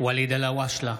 ואליד אלהואשלה,